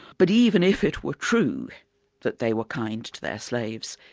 but even if it were true that they were kind to their slaves,